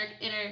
inner